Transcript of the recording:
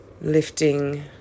lifting